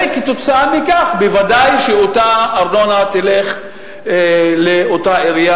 וכתוצאה מכך ודאי שאותה ארנונה תלך לאותה עירייה,